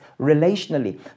relationally